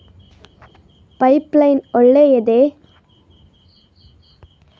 Pipe line ಒಳ್ಳೆಯದೇ?